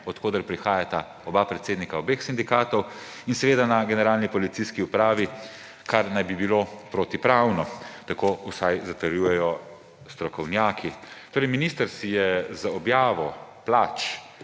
od koder prihajata oba predsednika obeh sindikatov, in seveda na Generalni policijski upravi, kar naj bi bilo protipravno, tako vsaj zatrjujejo strokovnjaki. Torej minister je z objavo plač